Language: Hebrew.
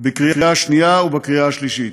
בקריאה שנייה ובקריאה שלישית.